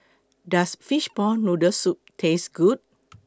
Does Fishball Noodle Soup Taste Good